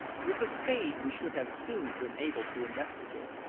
with a spade we should have soon been able to investigate,